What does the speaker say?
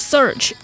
Search